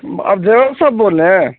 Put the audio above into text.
آپ ڈرائیور صاحب بول رہے ہیں